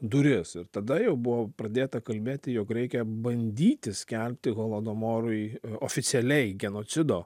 duris ir tada jau buvo pradėta kalbėti jog reikia bandyti skelbti holodomorui oficialiai genocido